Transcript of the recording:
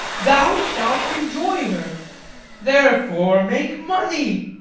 thou shalt enjoy her therefore make money.